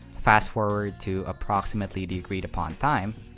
fast forward to approximately the agreed upon time,